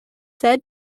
said